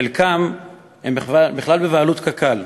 חלקן בכלל בבעלות קק"ל,